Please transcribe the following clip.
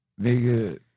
nigga